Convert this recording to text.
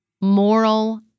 moral